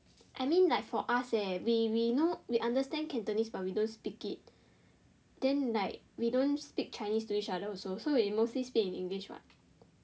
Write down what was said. I mean like for us leh we we know understand cantonese but we don't speak it then like we don't speak chinese to each other also so we mostly speak in english [what]